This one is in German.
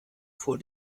vor